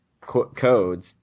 codes